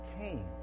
Cain